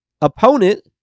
opponent